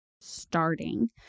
starting